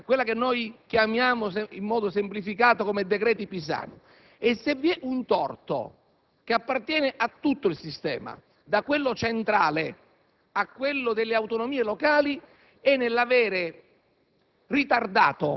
rilevante, che noi chiamiamo in modo semplificato «decreti Pisanu». Se vi è un torto che appartiene a tutto il sistema, da quello centrale alle autonomie locali, è l'aver